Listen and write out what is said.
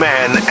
Man